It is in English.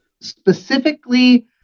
specifically